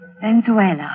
Venezuela